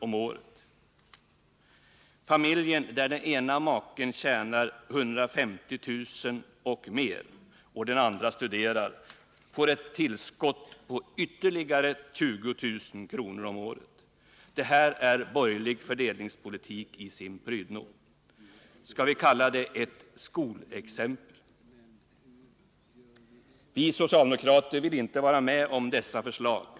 om året. Familjen där den ena maken tjänar 150 000 kr. och mer och den andra studerar, får ett tillskott på ytterligare 20 000 kr. om året. Det här är borgerlig fördelningspolitik i sin prydno. Skall vi kalla det ett skolexempel? Vi socialdemokrater vill inte vara med om dessa förslag.